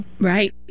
Right